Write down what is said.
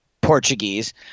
Portuguese